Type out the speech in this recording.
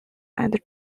and